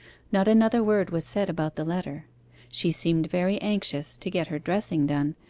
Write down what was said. not another word was said about the letter she seemed very anxious to get her dressing done,